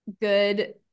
good